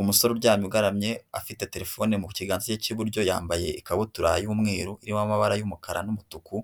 Umusore uryamye ugaramye afite terefone mu kiganza cye cy'iburyo yambaye ikabutura y'umweru irimo amabara y'umukara n'umutuku